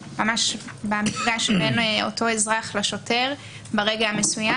במפגש בין אותו אזרח לשוטר ברגע המסוים,